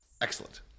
Excellent